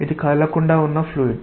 ఇది కదలకుండా ఉన్న ఫ్లూయిడ్